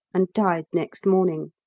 and died next morning.